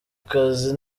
kazi